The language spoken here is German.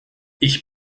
ich